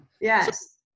Yes